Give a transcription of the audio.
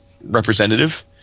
representative